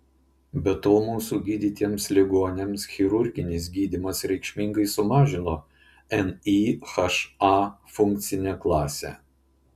be to mūsų gydytiems ligoniams chirurginis gydymas reikšmingai sumažino nyha funkcinę klasę